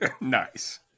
Nice